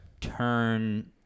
turn